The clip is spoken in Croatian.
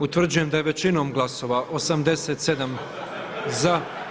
Utvrđujem da je većinom glasova 87 za,